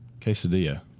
quesadilla